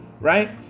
right